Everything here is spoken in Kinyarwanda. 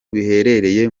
biherereye